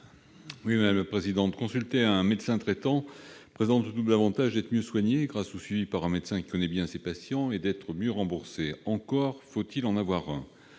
Jean-Marc Gabouty. Consulter un médecin traitant présente le double avantage d'être mieux soigné, grâce au suivi par un médecin qui connaît bien ses patients, et d'être mieux remboursé. Mais encore faut-il en avoir un !